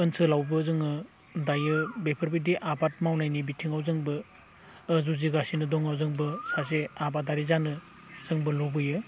ओनसोलावबो जोङो दायो बेफोरबायदि आबाद मावनायनि बिथिङाव जोंबो जुजिगासिनो दङ जोंबो सासे आबादारि जानो जोंबो लुबैयो